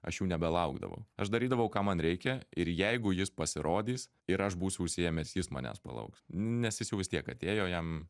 aš jau nebelaukdavau aš darydavau ką man reikia ir jeigu jis pasirodys ir aš būsiu užsiėmęs jis manęs palauks nes jis jau vis tiek atėjo jam